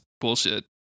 bullshit